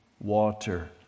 water